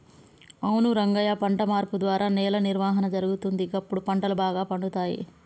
అవును రంగయ్య పంట మార్పు ద్వారా నేల నిర్వహణ జరుగుతుంది, గప్పుడు పంటలు బాగా పండుతాయి